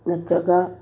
ꯅꯠꯇ꯭ꯔꯒ